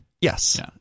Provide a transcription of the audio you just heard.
Yes